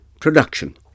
production